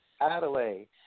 Adelaide